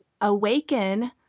awaken